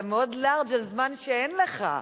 אתה מאוד לארג' על זמן שאין לך,